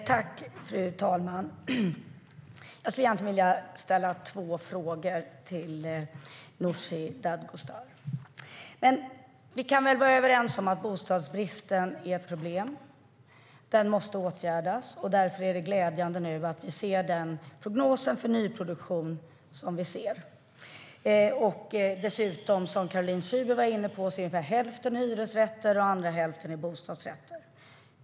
Fru talman! Egentligen vill jag ställa två frågor till Nooshi Dadgostar. Men vi kan väl vara överens om att bostadsbristen är ett problem som måste åtgärdas. Därför är det nu glädjande att vi ser den prognos för nyproduktion som vi ser. Som Caroline Szyber var inne på är ungefär hälften hyresrätter, och den andra hälften är bostadsrätter.